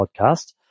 podcast